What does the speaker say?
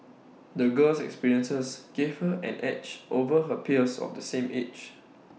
the girl's experiences gave her an edge over her peers of the same age